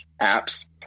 apps